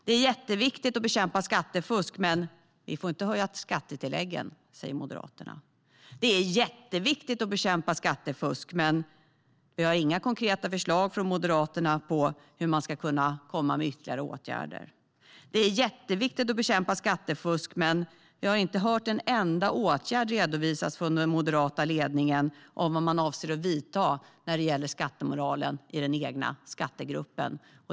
Det är jätteviktigt att bekämpa skattefusk. Men vi får inte höja skattetilläggen, säger Moderaterna. Det är jätteviktigt att bekämpa skattefusk. Men vi har inga konkreta förslag från Moderaterna om ytterligare åtgärder. Det är jätteviktigt att bekämpa skattefusk. Men vi har inte hört en enda åtgärd redovisas från den moderata ledningen om vad de avser att göra när det gäller skattemoralen i den egna skattegruppen.